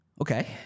Okay